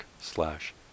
slash